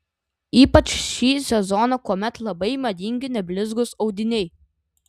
ypač šį sezoną kuomet labai madingi neblizgūs audiniai